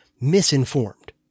misinformed